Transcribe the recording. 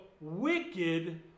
wicked